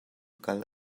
kal